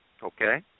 Okay